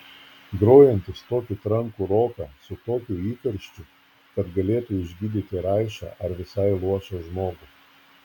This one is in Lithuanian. grojantys tokį trankų roką su tokiu įkarščiu kad galėtų išgydyti raišą ar visai luošą žmogų